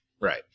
Right